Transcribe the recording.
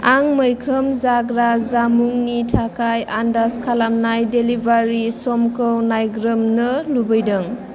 आं मैखोम जाग्रा जामुंनि थाखाय आन्दाज खालामनाय डेलिबारि समखौ नायग्रोमनो लुबैदों